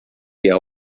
ihr